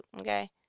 okay